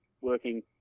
working